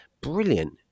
brilliant